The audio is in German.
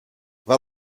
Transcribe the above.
war